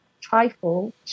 trifle